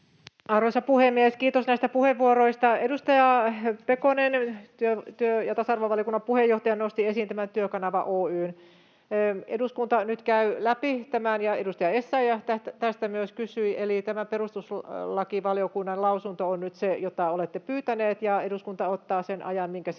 Arvoisa puhemies! Kiitos näistä puheenvuoroista. Edustaja Pekonen työ- ja tasa-arvovaliokunnan puheenjohtajana nosti esiin tämän Työkanava Oy:n. Eduskunta käy nyt läpi tämän. Edustaja Essayah tästä myös kysyi. Eli perustuslakivaliokunnan lausunto on nyt se, jota olette pyytäneet, ja eduskunta ottaa sen ajan, minkä siihen